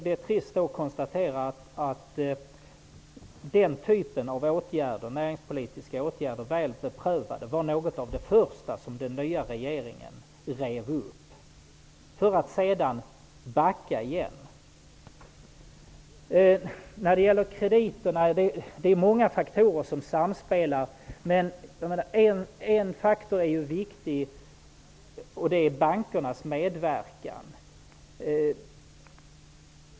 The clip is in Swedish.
Det är då trist att konstatera att den typen av näringspolitiska åtgärder, som var väl beprövade, var något av det första som den nya regeringen rev upp -- för att sedan backa igen. När det gäller krediterna är det många faktorer som samspelar. Men en faktor är viktig, och det är bankernas medverkan.